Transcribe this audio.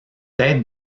têtes